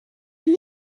you